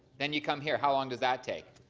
then you come here, how long does that take,